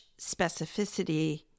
specificity